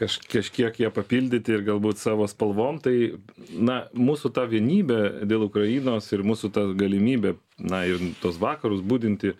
aš kažkiek ją papildyti ir galbūt savo spalvom tai na mūsų ta vienybė dėl ukrainos ir mūsų ta galimybė na ir tuos vakarus budinti